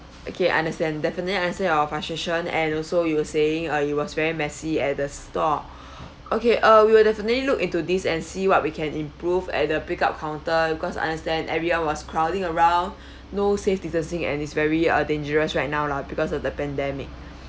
okay understand definitely understand your frustration and also you were saying uh it was very messy at the store okay uh we will definitely look into this and see what we can improve at the pick up counter cause I understand everyone was crowding around no safe distancing and it's very uh dangerous right now lah because of the pandemic